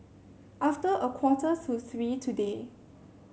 after a quarter to three today